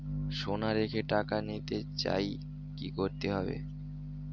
সোনা রেখে টাকা নিতে চাই কি করতে হবে?